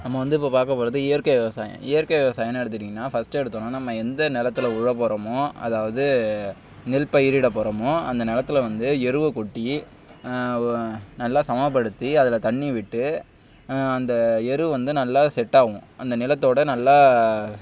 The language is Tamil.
நம்ம வந்து இப்போ பார்க்க போவது இயற்கை விவசாயம் இயற்கை விவசாயம்ன்னு எடுத்துக்கிட்டிங்கனால் ஃபர்ஸ்ட் எடுத்தோன்னே நம்ம எந்த நிலத்துல உழப் போகிறமோ அதாவது நெல் பயிரிட போகிறமோ அந்த நிலத்துல வந்து எருவை கொட்டி நல்லா சமப்படுத்தி அதில் தண்ணி விட்டு அந்த எரு வந்து நல்லா செட் ஆகும் அந்த நிலத்தோட நல்லா